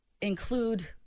include